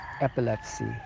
epilepsy